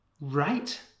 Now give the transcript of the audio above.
right